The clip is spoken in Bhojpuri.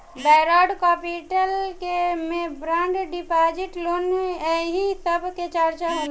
बौरोड कैपिटल के में बांड डिपॉजिट लोन एही सब के चर्चा होला